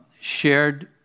shared